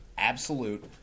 Absolute